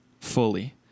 fully